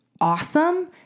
awesome